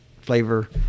flavor